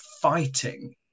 fighting